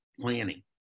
planning